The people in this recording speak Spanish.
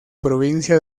provincia